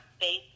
faith